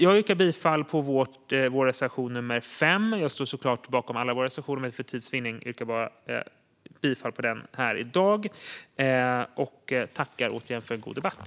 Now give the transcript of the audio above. Jag står såklart bakom alla våra reservationer men yrkar för tids vinnande bifall endast till reservation 5. Tack, återigen, för en god debatt!